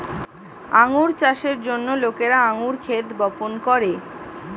আঙ্গুর চাষের জন্য লোকেরা আঙ্গুর ক্ষেত বপন করে